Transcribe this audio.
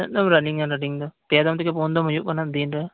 ᱛᱤᱱᱟᱹᱜ ᱫᱚᱢᱮᱢ ᱨᱟᱱᱤᱝᱟ ᱨᱟᱱᱤᱝ ᱫᱚ ᱯᱮ ᱛᱷᱮᱠᱮ ᱯᱩᱱ ᱫᱚᱢ ᱦᱩᱭᱩᱜ ᱠᱟᱱᱟ ᱫᱤᱱ ᱨᱮ